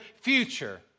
future